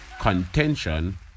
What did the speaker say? contention